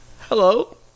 Hello